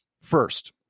first